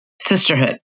sisterhood